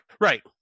Right